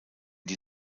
die